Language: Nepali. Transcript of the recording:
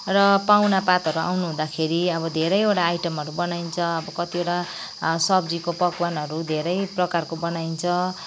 र पाहुना पातहरू आउनुहुँदाखेरि अब धेरैवटा आइटमहरू बनाइन्छ अब कतिवटा सब्जीको पकवानहरू धेरै प्रकारको बनाइन्छ